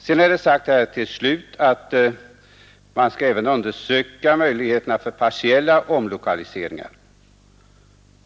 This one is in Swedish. Sedan är det sagt att man skall undersöka även möjligheterna för partiella omlokaliseringar.